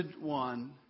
one